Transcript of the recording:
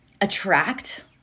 attract